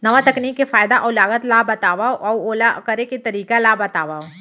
नवा तकनीक के फायदा अऊ लागत ला बतावव अऊ ओला करे के तरीका ला बतावव?